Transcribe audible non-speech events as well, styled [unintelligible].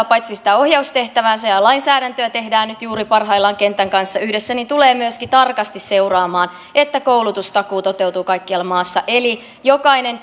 [unintelligible] paitsi toteuttaa ohjaustehtäväänsä ja lainsäädäntöä tehdään juuri nyt parhaillaan kentän kanssa yhdessä tulee myöskin tarkasti seuraamaan että koulutustakuu toteutuu kaikkialla maassa eli jokainen [unintelligible]